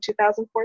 2014